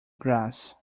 grass